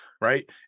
right